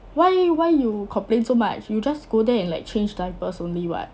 why why you complain so much you just go there and like change diapers only [what]